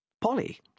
Polly